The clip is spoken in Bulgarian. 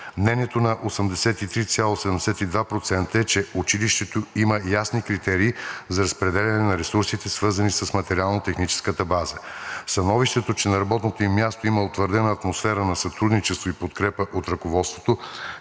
Мнението на 83,72% е, че училището има ясни критерии за разпределяне на ресурсите, свързани с материално-техническата база. Становището, че на работното им място има утвърдена атмосфера на сътрудничество и подкрепа от ръководството,